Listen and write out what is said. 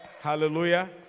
hallelujah